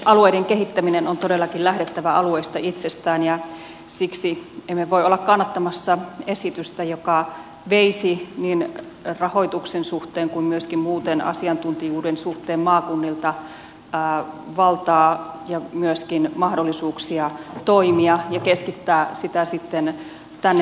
alueiden kehittämisen on todellakin lähdettävä alueista itsestään ja siksi emme voi olla kannattamassa esitystä joka veisi niin rahoituksen suhteen kuin myöskin muuten asiantuntijuuden suhteen maakunnilta valtaa ja myöskin mahdollisuuksia toimia ja keskittää sitä sitten tänne ministeriöihin